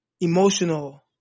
emotional